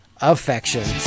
Affection